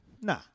Nah